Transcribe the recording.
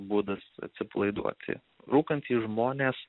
būdas atsipalaiduoti rūkantys žmonės